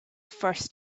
first